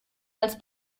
als